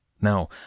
Now